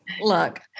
Look